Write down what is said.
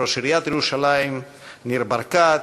ראש עיריית ירושלים ניר ברקת,